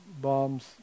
bombs